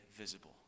visible